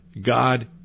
God